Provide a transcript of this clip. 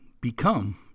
become